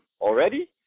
already